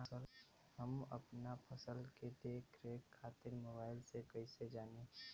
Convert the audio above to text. हम अपना फसल के देख रेख खातिर मोबाइल से कइसे जानी?